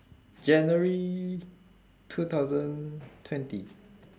january two thousand twenty